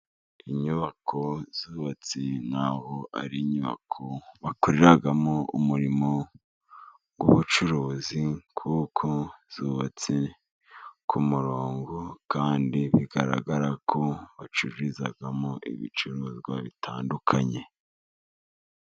Inyubako zubatse nk'aho ari inyubako bakoreramo umurimo w'ubucuruzi, kuko zubatse ku murongo, kandi bigaragara ko bacururizamo ibicuruzwa bitandukanye.